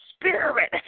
spirit